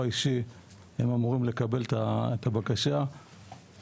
שהם אמורים לקבל את הבקשה באזור האישי שלהם,